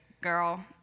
girl